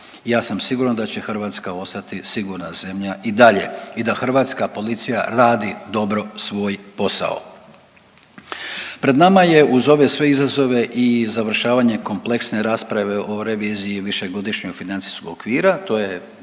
Ja sam siguran da će Hrvatska ostati sigurna zemlja i dalje i da hrvatska policija radi dobro svoj posao. Pred nama je uz ove sve izazove i završavanje kompleksne rasprave o reviziji Višegodišnjeg financijskog okvira, to je